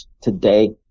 today